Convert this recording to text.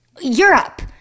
Europe